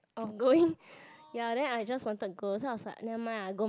of going ya then I just want to go so I was like never mind I go my